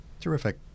Terrific